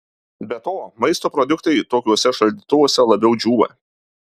be to maisto produktai tokiuose šaldytuvuose labiau džiūva